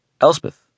Elspeth